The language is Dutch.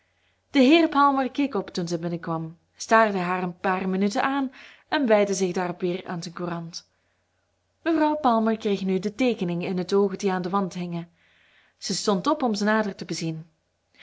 de heer palmer keek op toen zij binnen kwam staarde haar een paar minuten aan en wijdde zich daarop weer aan zijn courant mevrouw palmer kreeg nu de teekeningen in het oog die aan den wand hingen zij stond op om ze nader te bezien